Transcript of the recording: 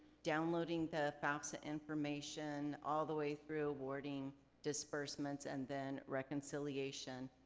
downloading the fafsa information all the way through rewarding disbursements and then reconciliation.